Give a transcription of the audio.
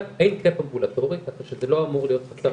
אין קאפ אמבולטורי ככה שזה לא אמור להיות מצב